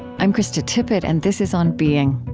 i'm krista tippett, and this is on being